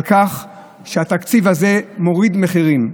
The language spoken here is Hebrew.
על כך שהתקציב הזה מוריד מחירים.